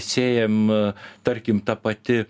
sėjam tarkim ta pati